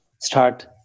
start